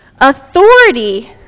authority